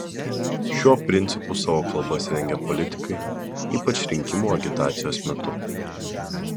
šiuo principu savo kalbas rengia politikai ypač rinkimų agitacijos metu